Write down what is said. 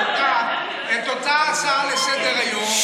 אותה הצעה לסדר-היום,